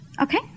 Okay